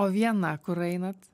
o viena kur einat